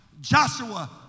Joshua